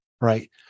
right